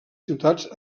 ciutats